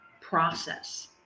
process